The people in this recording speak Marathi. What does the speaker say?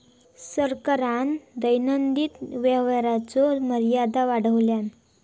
सरकारान दैनंदिन व्यवहाराचो मर्यादा वाढवल्यान